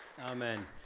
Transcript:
Amen